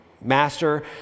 master